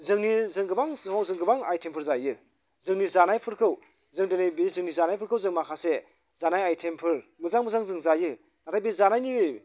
जोंनि जों गोबां न'आव जों गोबां आइटेमफोर जायो जोंनि जानायफोरखौ जों दिनै बे जोंनि जानायफोरखौ जों माखासे जानाय आइटेमफोर मोजां मोजां जों जायो आमफ्राय बे जानायनि